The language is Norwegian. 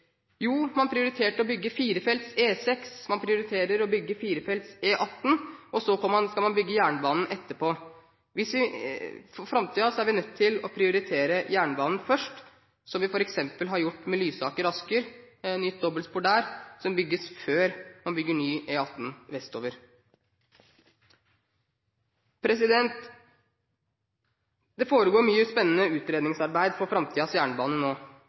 Jo, man prioriterte å bygge firefelts E6, man prioriterer å bygge firefelts E18, og så skal man bygge jernbanen etterpå. For framtiden er vi nødt til å prioritere jernbanen først, som vi f.eks. har gjort med strekningen Lysaker–Asker med nytt dobbeltspor der, som bygges før man bygger ny E18 vestover. Det foregår mye spennende utredningsarbeid for framtidens jernbane nå.